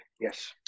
yes